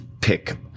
pick